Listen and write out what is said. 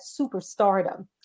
superstardom